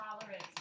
tolerance